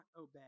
obey